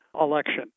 election